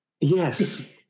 Yes